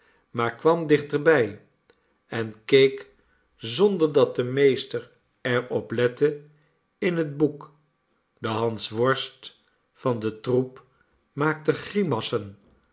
maar kwam dichterbij en keek zonder dat de meester er op lette in het boek de hansworst van den troep maakte